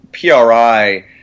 PRI